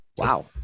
Wow